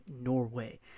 Norway